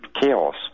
chaos